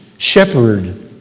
Shepherd